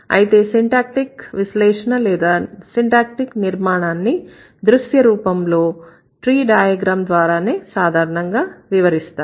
అయితే సిన్టాక్టీక్ విశ్లేషణ లేదా సిన్టాక్టీక్ నిర్మాణాన్ని దృశ్య రూపంలో ట్రీ డయాగ్రమ్ ద్వారానే సాధారణంగా వివరిస్తారు